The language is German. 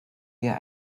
wir